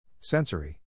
Sensory